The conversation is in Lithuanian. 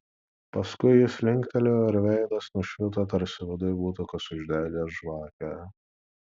paskui jis linktelėjo ir veidas nušvito tarsi viduj būtų kas uždegęs žvakę